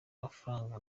amafaranga